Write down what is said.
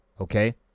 Okay